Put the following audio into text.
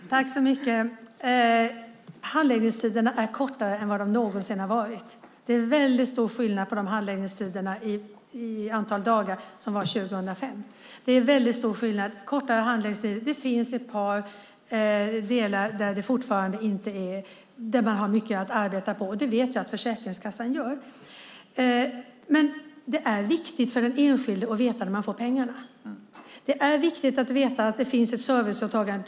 Fru talman! Handläggningstiderna är kortare än vad de någonsin har varit. Det är en stor skillnad på handläggningstiderna i antal dagar från 2005. Det finns ett par delar där man har mycket att arbeta med. Jag vet att Försäkringskassan gör det. Det är viktigt för den enskilde att veta när man får pengarna. Det är viktigt att det finns ett serviceåtagande.